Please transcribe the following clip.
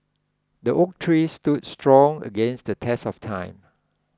the oak tree stood strong against the test of time